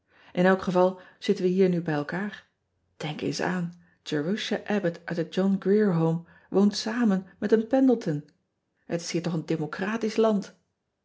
n elk geval zitten we hier nu bij elkaar enk eens aan erusha bbott uit het ohn rier ome woont samen met een endleton et is hier toch een democratisch land